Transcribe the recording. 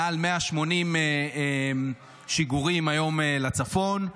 מעל 180 שיגורים היום לצפון,